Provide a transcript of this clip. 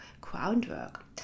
groundwork